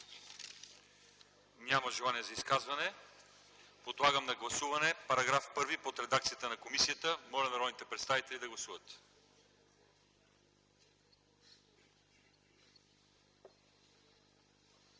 ли желаещи за изказване? Няма. Подлагам на гласуване § 1 под редакцията на комисията. Моля народните представители да гласуват.